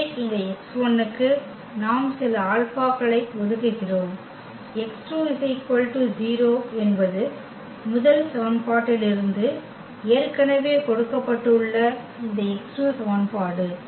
எனவே இந்த x1 க்கு நாம் சில ஆல்பாக்களை ஒதுக்குகிறோம் x2 0 என்பது முதல் சமன்பாட்டிலிருந்து ஏற்கனவே கொடுக்கப்பட்டுள்ள இந்த x2 சமன்பாடு